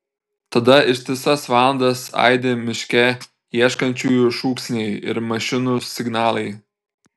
tada ištisas valandas aidi miške ieškančiųjų šūksniai ir mašinų signalai